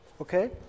Okay